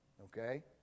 Okay